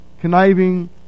conniving